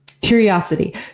Curiosity